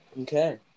Okay